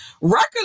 Record